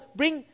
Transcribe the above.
bring